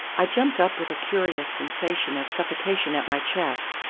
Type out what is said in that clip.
i jumped up with a curious sensation of suffocation at my chest,